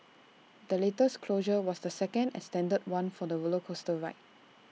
the latest closure was the second extended one for the roller coaster ride